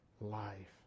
life